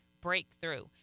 breakthrough